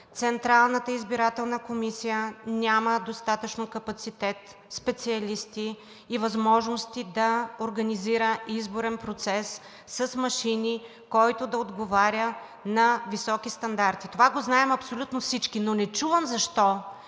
Централната избирателна комисия няма достатъчно капацитет, специалисти и възможности да организира изборен процес с машини, който да отговаря на високи стандарти. Това го знаем абсолютно всички, но не чувам защо